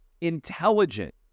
intelligent